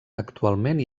actualment